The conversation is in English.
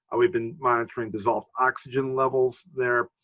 we've been monitoring dissolved oxygen levels there.